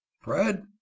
fred